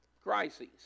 crisis